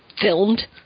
filmed